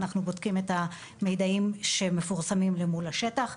אנחנו בודקים את המידע שמפורסם למול השטח.